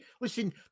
Listen